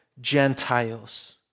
Gentiles